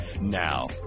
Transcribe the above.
Now